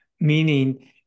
Meaning